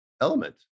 Element